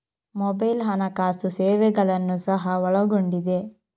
mobile ಹಣಕಾಸು ಸೇವೆಗಳನ್ನು ಸಹ ಒಳಗೊಂಡಿದೆ